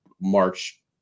march